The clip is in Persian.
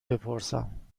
بپرسم